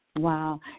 Wow